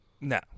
No